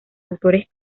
autores